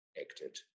acted